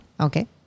Okay